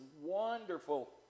wonderful